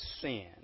sin